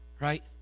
right